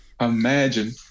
imagine